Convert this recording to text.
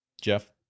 Jeff